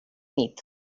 nit